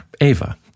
Ava